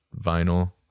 vinyl